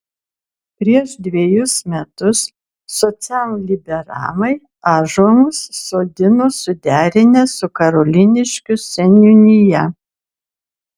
prieš dvejus metus socialliberalai ąžuolus sodino suderinę su karoliniškių seniūnija